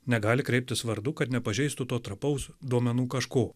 negali kreiptis vardu kad nepažeistų to trapaus duomenų kažko